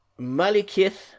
Malikith